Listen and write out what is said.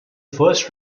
first